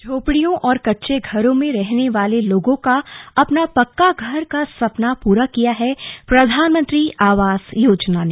झोपड़ियों और कच्चे घरों में रहने वाले लोगों का अपना पक्का घर का सपना पूरा किया है प्रधानमंत्री आवास योजना ने